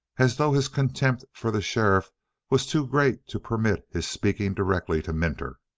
as though his contempt for the sheriff was too great to permit his speaking directly to minter,